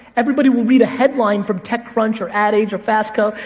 everybody will read a headline from techcrunch or ad age or fast co.